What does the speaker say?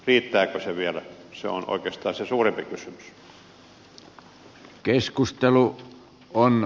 riittääkö se vielä se on oikeastaan se suurempi kysymys